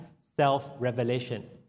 self-revelation